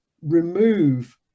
remove